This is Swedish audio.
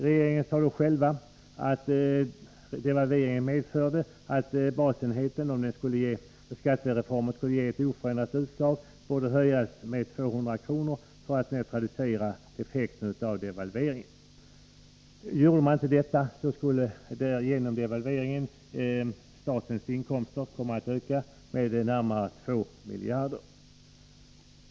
Regeringen sade då själv att basenheten, om skattereformen skulle ge oförändrat utslag, borde höjas med 200 kr. för att neutralisera effekten av devalveringen. Skedde inte detta, skulle genom devalveringen statens inkomster komma att öka med närmare 2 miljarder.